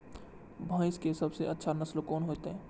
भैंस के सबसे अच्छा नस्ल कोन होते?